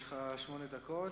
יש לך שמונה דקות.